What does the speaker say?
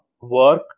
work